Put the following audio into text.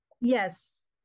Yes